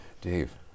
Dave